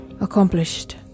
accomplished